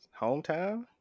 hometown